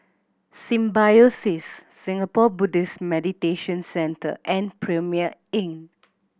Symbiosis Singapore Buddhist Meditation Centre and Premier Inn